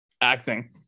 acting